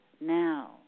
now